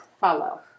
follow